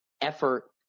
effort